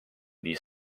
nii